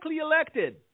elected